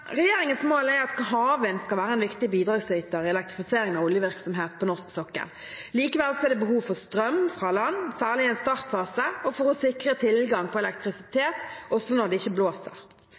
Regjeringens mål er at havvind skal være en viktig bidragsyter i elektrifiseringen av oljevirksomhet på norsk sokkel. Likevel er det behov for strøm fra land, særlig i en startfase, for å sikre tilgang på elektrisitet også når det ikke blåser.